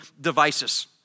devices